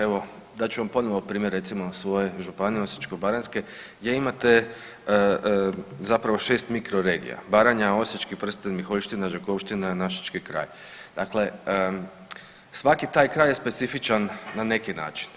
Evo dat ću vam ponovo primjer recimo svoje županije Osječko-baranjske gdje imate zapravo šest mikroregija Baranja, Osječki prsten, Miholjština, Đakovština, našički kraj dakle svaki taj kraj je specifičan na neki način.